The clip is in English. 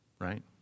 right